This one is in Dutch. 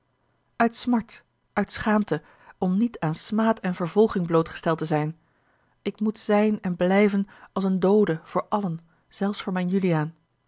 uit smart uit schaamte om niet aan smaad en vervolging blootgesteld te zijn ik moet zijn en blijven als een doode voor allen zelfs voor mijn juliaan